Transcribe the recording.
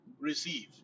receive